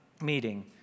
meeting